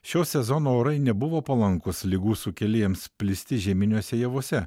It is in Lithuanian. šio sezono orai nebuvo palankūs ligų sukėlėjams plisti žieminiuose javuose